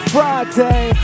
Friday